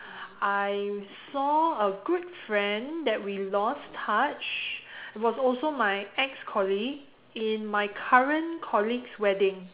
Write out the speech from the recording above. I saw a good friend that we lost touch it was also my ex colleague in my current colleague's wedding